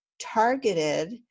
targeted